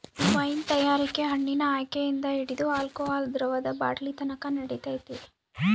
wine ತಯಾರಿಕೆ ಹಣ್ಣಿನ ಆಯ್ಕೆಯಿಂದ ಹಿಡಿದು ಆಲ್ಕೋಹಾಲ್ ದ್ರವದ ಬಾಟ್ಲಿನತಕನ ನಡಿತೈತೆ